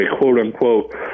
quote-unquote